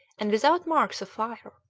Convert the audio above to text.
and without marks of fire.